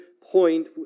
point